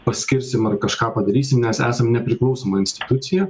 paskirsim ar kažką padarysim nes esam nepriklausoma institucija